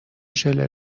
ژله